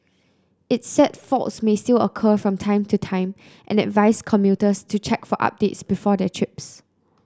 it said faults may still occur from time to time and advised commuters to check for updates before their trips